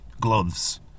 gloves